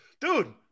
Dude